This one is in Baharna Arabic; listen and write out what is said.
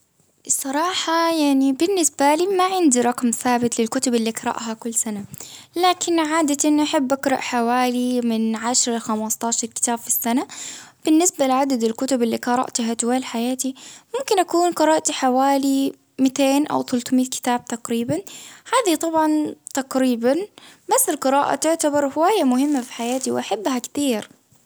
الصراحة يعني بالنسبة لي ما عندي رقم ثابت للكتب اللي أقرأها كل سنة، لكن عادة أحب أقرأ حوالي من عشرة لخمسة عشر كتاب في السنة، بالنسبة لعدد الكتب اللي قرأتها طوال حياتي، ممكن أكون قرأت حوالي مأتين أو ثلثمائة كتاب تقريبا، هذه طبعا تقريبا، مثل قراءة تعتبر وهي مهمة في حياتي وأحبها كتير.